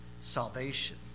salvation